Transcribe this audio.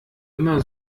immer